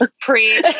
preach